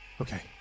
Okay